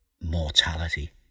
mortality